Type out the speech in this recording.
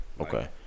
Okay